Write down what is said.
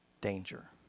danger